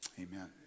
Amen